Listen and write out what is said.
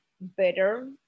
better